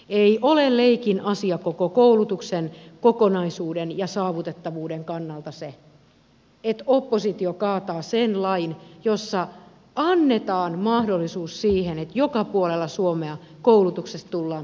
ei ole leikin asia koko koulutuksen kokonaisuuden ja saavutettavuuden kannalta se että oppositio kaataa sen lain jossa annetaan mahdollisuus siihen että joka puolella suomea koulutuksesta tullaan pitämään kiinni